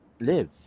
live